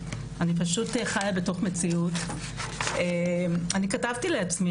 אני פשוט חיה בתוך מציאות וכתבתי לעצמי